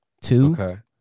Two